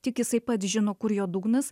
tik jisai pats žino kur jo dugnas